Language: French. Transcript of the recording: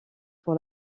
pour